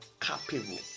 capable